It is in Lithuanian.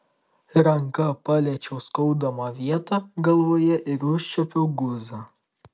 ranka paliečiau skaudamą vietą galvoje ir užčiuopiau guzą